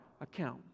account